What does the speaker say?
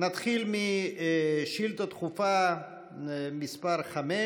נתחיל בשאילתה דחופה מס' 5,